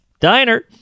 Diner